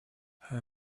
her